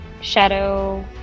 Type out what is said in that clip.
Shadow